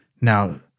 Now